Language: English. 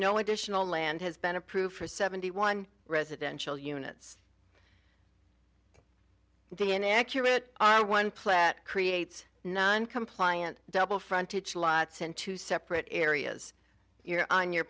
no additional land has been approved for seventy one residential units d n a accurate one plat creates non compliant double frontage lots in two separate areas you're on your